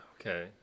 Okay